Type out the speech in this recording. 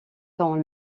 tant